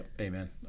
Amen